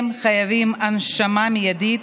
הם חייבים הנשמה מיידית,